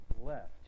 left